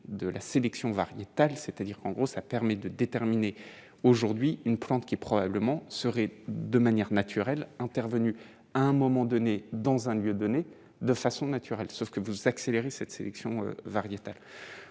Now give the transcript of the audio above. de la sélection variétale, c'est-à-dire qu'en gros, ça permet de déterminer aujourd'hui une plainte qui probablement serait de manière naturelle, intervenu à un moment donné, dans un lieu donné de façon naturelle, sauf que vous accélérer cette sélection variétale